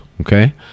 okay